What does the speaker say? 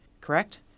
Correct